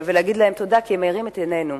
שיש להגיד להם תודה, כי הם מאירים את עינינו.